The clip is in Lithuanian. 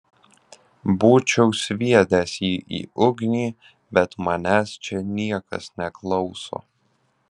būčiau sviedęs jį į ugnį bet manęs čia niekas neklauso